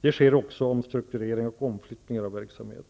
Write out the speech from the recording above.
Det sker också omstruktureringar och omflyttningar av verksamhet.